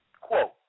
quote